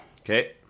Okay